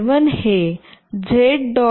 read u16 असेल